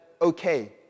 okay